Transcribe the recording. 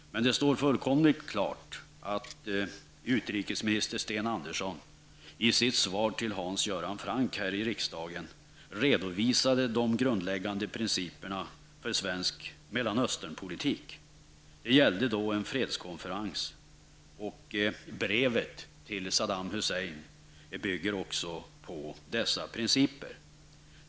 Men det står fullkomligt klart att utrikesminister Sten Andersson i sitt svar till Hans Göran Franck här i riksdagen redovisade de grundläggande principerna för svensk Mellanösternpolitik. Den fråga om ställdes gällde en fredskonferens. Brevet till Saddam Hussein bygger också på dessa principer.